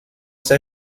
ces